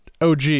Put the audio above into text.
OG